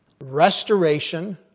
restoration